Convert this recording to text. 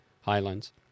Highlands